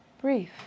brief